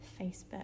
Facebook